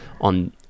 on